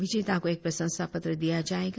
विजेता को एक प्रशंसा पत्र दिया जायेगा